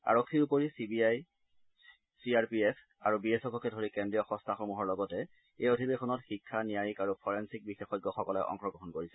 আৰক্ষীৰ উপৰি C B I C R P F আৰু বি এছ এফকে ধৰি কেন্দ্ৰীয় সংস্থাসমূহৰ লগতে এই অধিৱেশনত শিক্ষা ন্যায়িক আৰু ফৰেনচিক বিশেষ্ঞসকলে অংশগ্ৰহণ কৰিছে